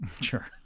Sure